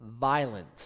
Violent